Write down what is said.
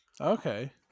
Okay